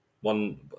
One